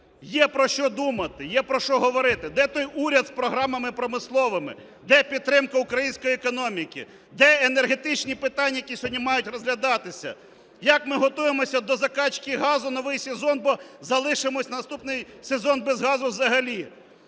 Є про що думати, є про що говорити. Де той уряд з програмами промисловими? Де підтримка української економіки? Де енергетичні питання, які сьогодні мають розглядатися? Як ми готуємося до закачки газу в новий сезон, бо залишимося на наступний сезон без газу взагалі?